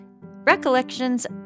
Recollections